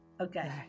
Okay